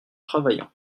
travaillant